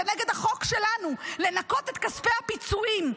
כנגד החוק שלנו לנכות את כספי הפיצויים,